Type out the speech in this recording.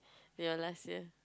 your last year